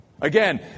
Again